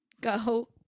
go